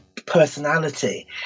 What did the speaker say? personality